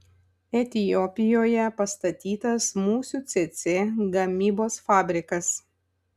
etiopijoje pastatytas musių cėcė gamybos fabrikas